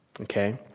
Okay